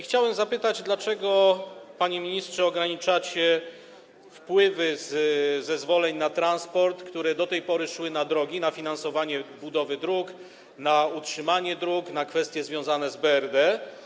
Chciałem zapytać, panie ministrze, dlaczego ograniczacie wpływy z zezwoleń na transport, które do tej pory szły na drogi, na finansowanie budowy dróg, na utrzymanie dróg, na kwestie związane z BRD.